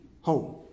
home